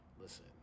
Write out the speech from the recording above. Listen